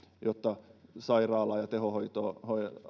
jotta sairaalaan ja tehohoitoon